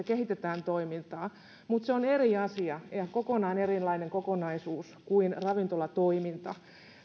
kehitetään toimintaa mutta se on eri asia ja kokonaan erilainen kokonaisuus kuin ravintolatoiminta